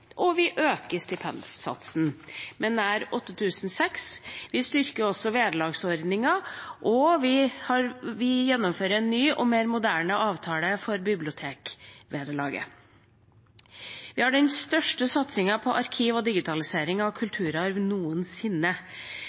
og vi øker stipendsatsen med nær 8 600 kr. Vi styrker også vederlagsordningen, og vi gjennomfører en ny og mer moderne avtale for bibliotekvederlaget. Vi har den største satsingen på arkiv og digitalisering av kulturarv noensinne.